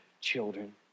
children